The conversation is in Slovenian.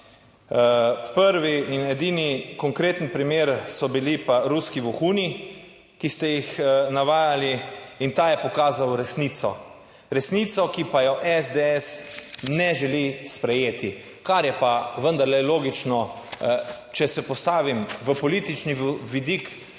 Prvi in edini konkreten primer so bili pa ruski vohuni, ki ste jih navajali in ta je pokazal resnico. Resnico, ki pa jo SDS ne želi sprejeti, kar je pa vendarle logično. Če se postavim v politični vidik,